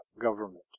government